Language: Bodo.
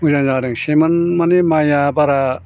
मोजां जादों सेमोन माने माइया बारा